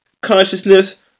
consciousness